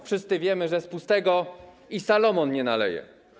Wszyscy wiemy, że z pustego i Salomon nie naleje.